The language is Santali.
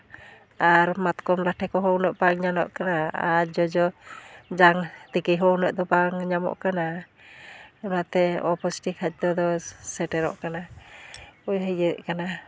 ᱟᱨ ᱢᱟᱛᱠᱚᱢ ᱞᱟᱴᱷᱮ ᱠᱚᱦᱚᱸ ᱩᱱᱟᱹᱜ ᱫᱚ ᱵᱟᱝ ᱧᱮᱞᱚᱜ ᱠᱟᱱᱟ ᱟᱨ ᱡᱚᱡᱚ ᱡᱟᱝ ᱛᱮᱠᱮ ᱦᱚᱸ ᱩᱱᱟᱹᱜ ᱫᱚ ᱵᱟᱝ ᱧᱟᱢᱚᱜ ᱠᱟᱱᱟ ᱚᱱᱟᱛᱮ ᱚᱯᱩᱥᱴᱤ ᱠᱷᱟᱫᱽᱫᱚ ᱫᱚ ᱥᱮᱴᱮᱨᱚᱜ ᱠᱟᱱᱟ ᱩᱭᱦᱟᱹᱨ ᱦᱮᱡ ᱠᱟᱱᱟ